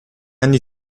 anni